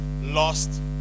lost